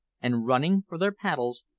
and running for their paddles,